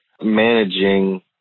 managing